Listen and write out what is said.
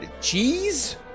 cheese